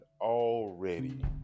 already